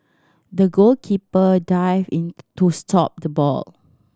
the goalkeeper dived into stop the ball